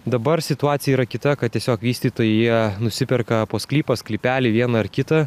dabar situacija yra kita kad tiesiog vystytojai jie nusiperka po sklypą sklypelį vieną ar kitą